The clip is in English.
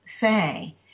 say